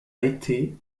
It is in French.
été